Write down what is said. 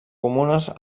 comunes